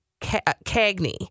Cagney